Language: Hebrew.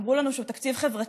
אמרו לנו שהוא תקציב חברתי,